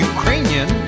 Ukrainian